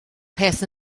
peth